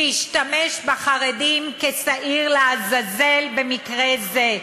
שהשתמש בחרדים כשעיר לעזאזל במקרה זה,